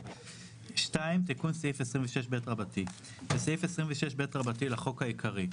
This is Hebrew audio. תיקון סעיף 26ב 2. בסעיף 26ב לחוק העיקרי,